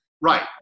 Right